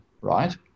right